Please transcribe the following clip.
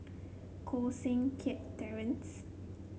Koh Seng Kiat Terence